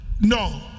no